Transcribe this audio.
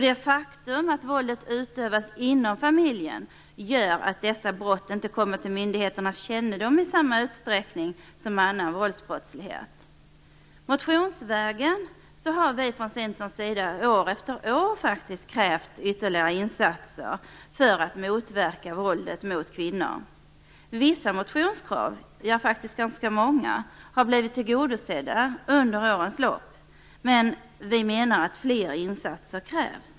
Det faktum att våldet utövas inom familjen gör att dessa brott inte kommer till myndigheternas kännedom i samma utsträckning som annan våldsbrottslighet. Motionsvägen har vi från Centerns sida år efter år krävt ytterligare insatser för att motverka våldet mot kvinnor. Vissa motionskrav, faktiskt ganska många, har blivit tillgodosedda under årens lopp, men vi menar att fler insatser krävs.